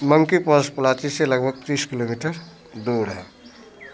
monkey falls Pollachi से लगभग तीस किमी दूर है